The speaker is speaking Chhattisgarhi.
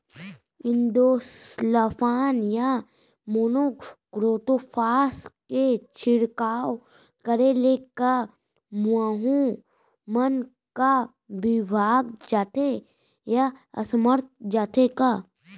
इंडोसल्फान या मोनो क्रोटोफास के छिड़काव करे ले क माहो मन का विभाग जाथे या असमर्थ जाथे का?